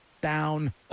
down